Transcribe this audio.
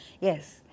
yes